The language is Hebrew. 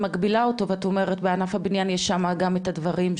את מקבילה אותו ואת אומרת בענף הבניין יש שם גם את הדברים,